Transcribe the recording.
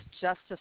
Justice